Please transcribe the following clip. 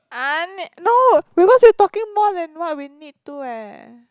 n~ no because we're talking more than what we need to eh